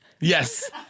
Yes